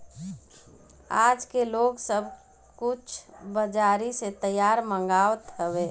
आजके लोग सब कुछ बजारी से तैयार मंगवात हवे